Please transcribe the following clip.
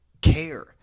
care